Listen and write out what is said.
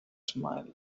smiled